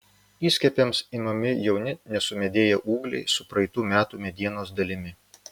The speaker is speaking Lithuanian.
įskiepiams imami jauni nesumedėję ūgliai su praeitų metų medienos dalimi